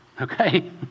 Okay